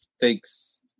thanks